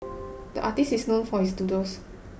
the artist is known for his doodles